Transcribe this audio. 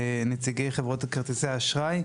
נציגי חברות כרטיסי האשראי,